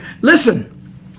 Listen